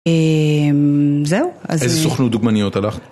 זהו, איזו סוכנות דוגמניות הלכת?